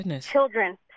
children